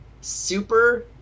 super